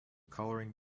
coloring